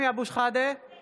רק